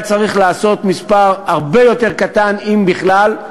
צריך להיות מספר הרבה יותר קטן, אם בכלל,